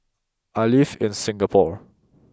I live in Singapore